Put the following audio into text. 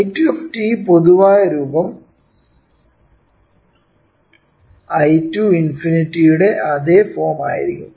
I2 പൊതുവായ രൂപം I2∞ യുടെ അതേ ഫോം ആയിരിക്കും